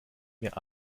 mir